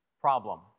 problem